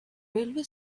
railway